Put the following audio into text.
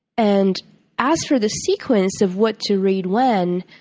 and as for the sequence of what to read when,